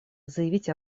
заявить